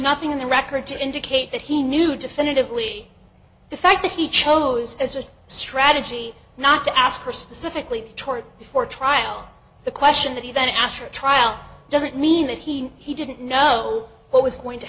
nothing in the record to indicate that he knew definitively the fact that he chose as a strategy not to ask her specifically toward before trial the question that he then asked for a trial doesn't mean that he he didn't know what was going to